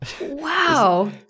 Wow